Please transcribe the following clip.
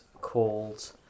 called